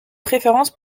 préférence